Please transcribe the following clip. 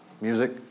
music